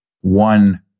one